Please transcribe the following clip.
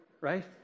right